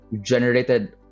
generated